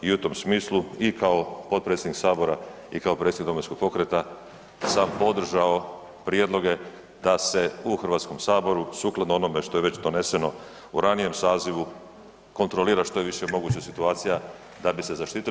I u tom smislu i kao potpredsjednik sabora i kao predsjednik Domovinskog pokreta sam podržao prijedloga da se u Hrvatskom saboru sukladno onome što je već doneseno u ranijem sazivu kontrolira što je više moguće situacija da bi se zaštitili.